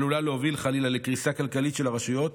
ועלולה להוביל חלילה לקריסה כלכלית של הרשויות,